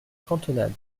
cantonade